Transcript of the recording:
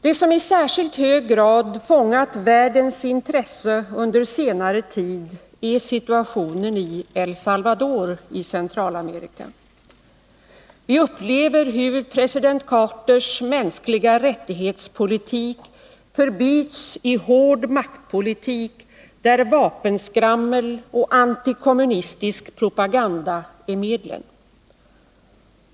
Det som i särskilt hög grad har fångat världens intresse under senare tid är situationen i El Salvador i Centralamerika. Vi upplever hur president Carters mänskligarättighetspolitik förbyts i hård maktpolitik, där vapenskrammel och antikommunistisk propaganda är medlen.